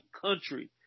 country